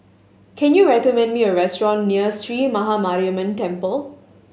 can you recommend me a restaurant near Sree Maha Mariamman Temple